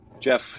Jeff